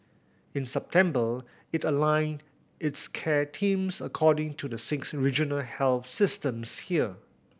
in September it aligned its care teams according to the six regional health systems here